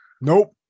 Nope